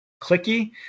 clicky